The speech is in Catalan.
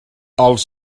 els